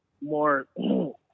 more